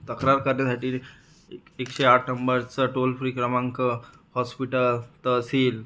तक्रार करण्यासाठी एकशे आठ नंबरचा टोल फ्री क्रमांक हॉस्पिटल तहसील